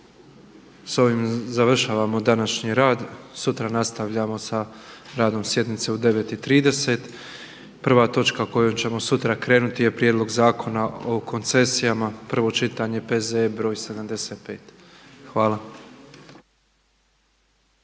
S ovim završavamo današnji rad. Sutra nastavljamo sa radom sjednice u 9,30 sati. Prva točka s kojom ćemo sutra krenuti je Prijedlog zakona o koncesijama, prvo čitanje, P.Z.E. br. 75. Hvala.